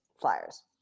Flyers